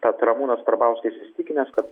tad ramūnas karbauskis įsitikinęs kad